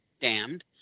damned